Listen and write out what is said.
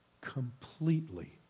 completely